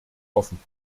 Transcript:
offen